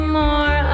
more